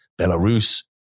Belarus